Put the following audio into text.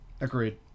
Agreed